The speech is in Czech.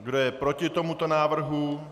Kdo je proti tomuto návrhu?